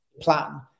plan